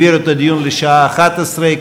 העבירו את הדיון לשעה 11:00,